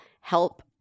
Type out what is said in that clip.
help